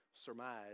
surmise